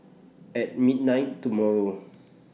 At midnight tomorrow